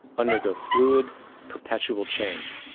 undergo fluid perpetual change.